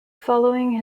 following